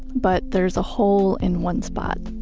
but there's a hole in one spot,